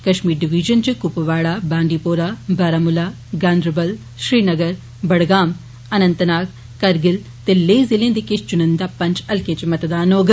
Kashmir division च कुपवाड़ा बांडीपोरा बारामुला गांधरबल श्रीनगर बड़गाम अनंतनाग करगिल ते लेह जिले दे किश चुनिन्दा पंज हल्कें च मतदान होग